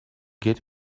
get